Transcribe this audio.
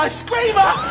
screamer